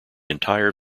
entire